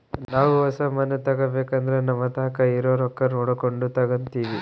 ನಾವು ಹೊಸ ಮನೆ ತಗಬೇಕಂದ್ರ ನಮತಾಕ ಇರೊ ರೊಕ್ಕ ನೋಡಕೊಂಡು ತಗಂತಿವಿ